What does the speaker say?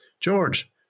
George